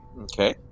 Okay